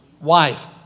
wife